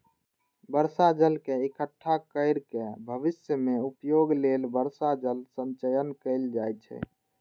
बर्षा जल के इकट्ठा कैर के भविष्य मे उपयोग लेल वर्षा जल संचयन कैल जाइ छै